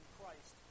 Christ